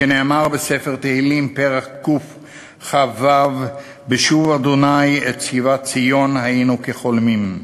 כנאמר בספר תהילים פרק קכ"ו: "בשוב ה' את שיבת ציון היינו כחולמים",